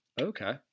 okay